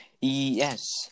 Yes